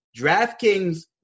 DraftKings